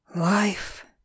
Life